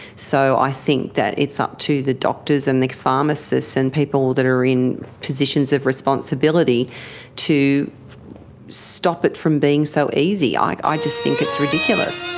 so i think that it's up to the doctors and the pharmacists and people that are in positions of responsibility to stop it from being so easy. i i just think it's ridiculous.